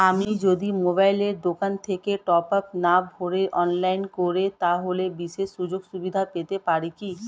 আমি যদি মোবাইলের দোকান থেকে টপআপ না ভরে অনলাইনে করি তাহলে বিশেষ সুযোগসুবিধা পেতে পারি কি?